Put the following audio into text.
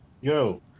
Yo